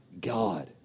God